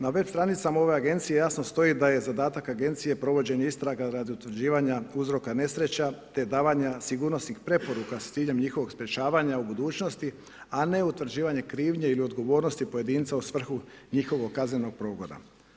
Na web stranicama ove agencije jasno stoji da je zadatak agencije provođenje istraga radi utvrđivanja uzroka nesreća te davanje sigurnosnih preporuka s ciljem njihovog sprječavanja u budućnosti a ne utvrđivanje krivnje ili odgovornosti pojedinca u svrhu njihovog kaznenog progona.